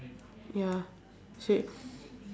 ya she